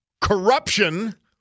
Corruption